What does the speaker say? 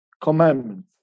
commandments